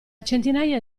centinaia